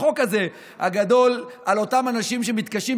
הצחוק הזה הגדול על אותם אנשים שמתקשים,